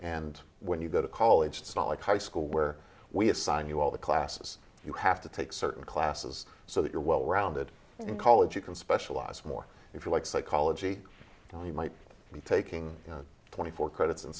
and when you go to college it's not like high school where we assign you all the classes you have to take certain classes so that you're well rounded in college you can specialize more if you like psychology and you might be taking twenty four credits in